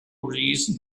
reason